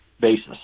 basis